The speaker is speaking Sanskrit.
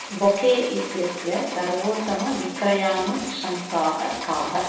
बोके इत्यस्य सर्वोत्तमविक्रयाणुशंसाः काः